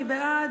מי בעד?